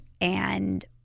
and-